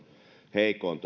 heikoin